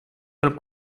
pel